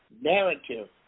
narrative